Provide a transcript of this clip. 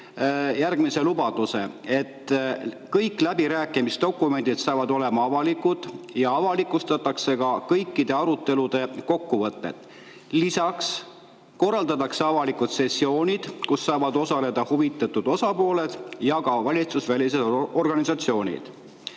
protokollitud –, et kõik läbirääkimisdokumendid saavad olema avalikud ja avalikustatakse ka kõikide arutelude kokkuvõtted. Lisaks korraldatakse avalikud sessioonid, kus saavad osaleda huvitatud osapooled ja ka valitsusvälised organisatsioonid.